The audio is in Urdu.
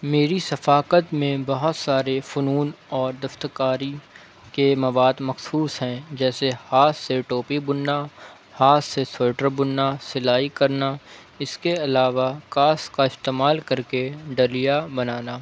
میری ثقافت میں بہت سارے فنون اور دستکاری کے مواد مخصوص ہیں جیسے ہاتھ سے ٹوپی بننا ہاتھ سے سویٹر بننا سلائی کرنا اس کے علاوہ کاس کا استعمال کر کے ڈلیا بنانا